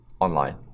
Online